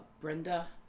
Brenda